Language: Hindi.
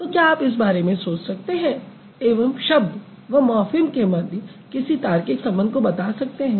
तो क्या आप इस बारे में सोच सकते हैं एवं शब्द व मॉर्फ़िम के मध्य किसी तार्किक संबंध को बता सकते हैं